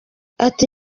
ati